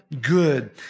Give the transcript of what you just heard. good